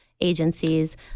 agencies